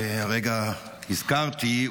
שהרגע הזכרתי,